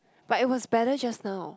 but it was better just now